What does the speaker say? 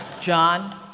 John